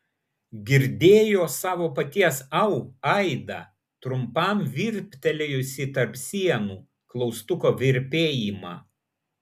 girdėjo savo paties au aidą trumpam virptelėjusį tarp sienų klaustuko virpėjimą